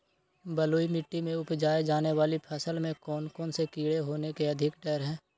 बलुई मिट्टी में उपजाय जाने वाली फसल में कौन कौन से कीड़े होने के अधिक डर हैं?